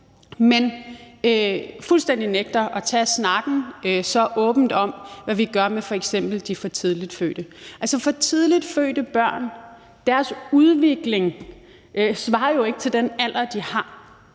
nægter at tage snakken åbent om, hvad vi gør med f.eks. de for tidligt fødte. For tidligt fødte børns udvikling svarer jo ikke til den alder, de har,